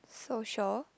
social